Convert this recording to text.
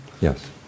Yes